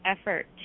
effort